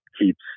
keeps